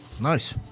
nice